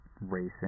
racing